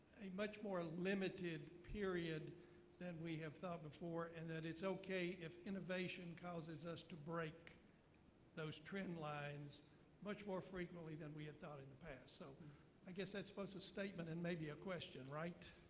much more limited period then we have thought before. and that it's ok if innovation causes us to break those trend lines much more frequently than we had thought in the past. so i guess that's both a statement and maybe a question, right?